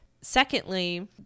secondly